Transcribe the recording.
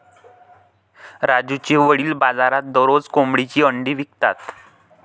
राजूचे वडील बाजारात दररोज कोंबडीची अंडी विकतात